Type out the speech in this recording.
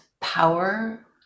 power